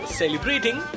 celebrating